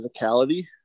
physicality